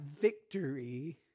victory